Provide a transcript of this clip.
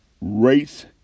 race